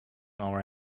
our